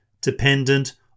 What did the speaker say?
dependent